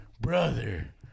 Brother